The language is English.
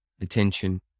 attention